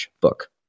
book